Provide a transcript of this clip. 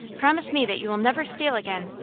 promise me that you will never steal again?